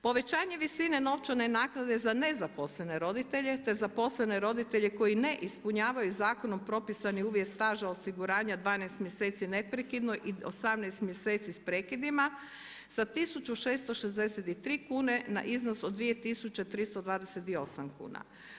Povećanje visine novčane naknade za nezaposlene roditelje, te zaposlene roditelje koji ne ispunjavaju zakonom propisani uvjet staža osiguranja 12 mjeseci neprekidno i 18 mjeseci s prekidima sa 1663 kune na iznos od 2328 kuna.